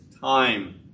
time